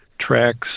tracks